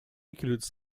includes